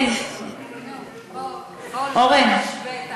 בוא לא נשווה את